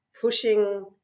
pushing